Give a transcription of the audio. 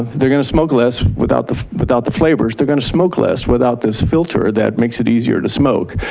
they're going to smoke less without the without the flavors. they're going to smoke less without this filter that makes it easier to smoke.